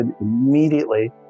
immediately